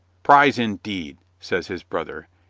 prize, indeed! says his brother.